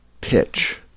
pitch